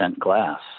glass